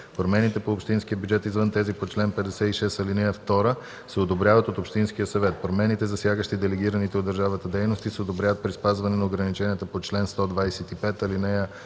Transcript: Промените по общинския бюджет, извън тези по чл. 56, ал. 2, се одобряват от общинския съвет. Промените, засягащи делегираните от държавата дейности, се одобряват при спазване на ограниченията по чл. 125, ал. 1, т.